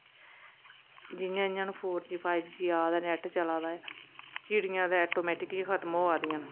जियां जियां हून फोर जी फाइव जी आ दा नेट चला दा ऐ चिड़ियां ते आटोमेटीकली खतम होआ दियां न